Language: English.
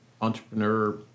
entrepreneur